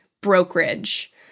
brokerage